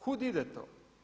Kud ide to?